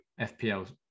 FPL